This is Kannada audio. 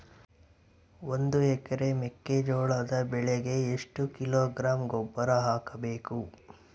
ಒಂದು ಎಕರೆ ಮೆಕ್ಕೆಜೋಳದ ಬೆಳೆಗೆ ಎಷ್ಟು ಕಿಲೋಗ್ರಾಂ ಗೊಬ್ಬರ ಹಾಕಬೇಕು?